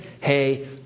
hey